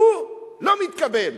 והוא לא מתקבל.